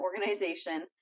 organization